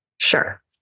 Sure